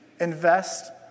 Invest